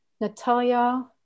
Natalia